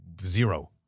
zero